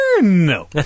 No